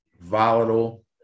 volatile